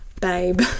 babe